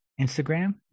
Instagram